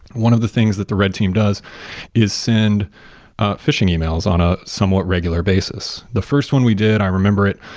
one of the things that the red team does is send phishing yeah e-mails on a somewhat regular basis the first one we did, i remember it,